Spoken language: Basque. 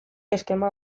eskema